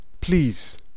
Please